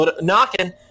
knocking